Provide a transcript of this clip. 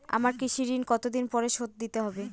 আমার কৃষিঋণ কতদিন পরে শোধ দিতে হবে?